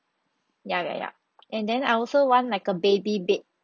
ya ya ya and then I also want like a baby bed